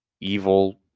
evil